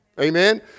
Amen